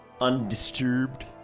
undisturbed